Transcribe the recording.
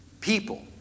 People